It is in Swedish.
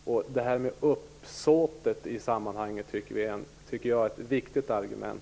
Jag tycker att detta med uppsåtet är ett viktigt argument.